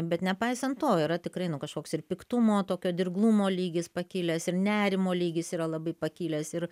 bet nepaisant to yra tikrai nu kažkoks ir piktumo tokio dirglumo lygis pakilęs ir nerimo lygis yra labai pakilęs ir